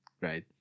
right